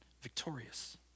victorious